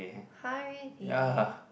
!huh! already